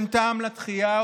אין טעם לדחייה,